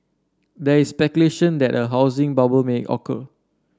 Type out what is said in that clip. there is speculation that a housing bubble may occur